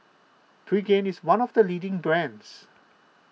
Pregain is one of the leading brands